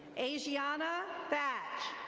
asiana thatch.